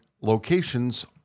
locations